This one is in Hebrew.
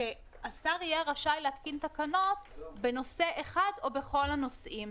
שהשר יהיה רשאי להתקין תקנות בנושא אחד או בכל הנושאים.